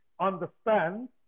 understand